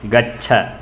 गच्छ